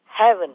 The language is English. heaven